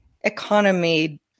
economy